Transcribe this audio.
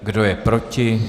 Kdo je proti?